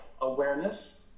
awareness